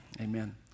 amen